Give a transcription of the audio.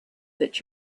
that